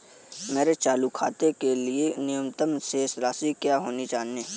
मेरे चालू खाते के लिए न्यूनतम शेष राशि क्या होनी चाहिए?